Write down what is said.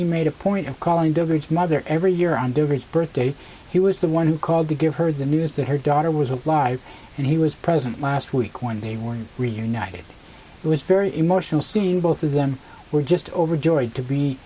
he made a point of calling diverge mother every year on david's birthday he was the one who called to give her the news that her daughter was alive and he was present last week when they were reunited it was very emotional seeing both of them were just overjoyed to be